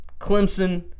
Clemson